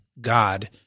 God